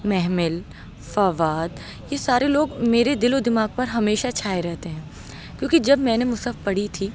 محمل فواد یہ سارے لوگ میرے دل و دماغ پر ہمیشہ چھائے رہتے ہیں کیوں جب میں نے مصحف پڑھی تھی